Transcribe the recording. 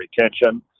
retention